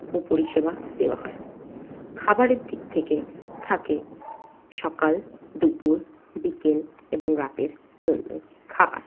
ও পরিষেবা দেওয়া হয় খাবারের দিক থেকে থাকে সকাল দুপুর বিকেল এবং রাতের জন্য খাবার